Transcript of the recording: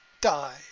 die